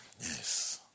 Yes